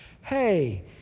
Hey